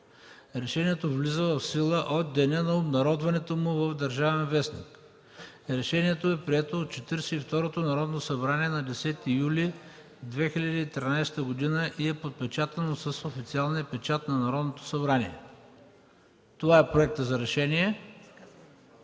Решението влиза в сила от деня на обнародването му в „Държавен вестник“. Решението е прието от 42-то Народно събрание на 10 юли 2013 г. и е подпечатано с официалния печат на Народното събрание.” Това е проектът за решение.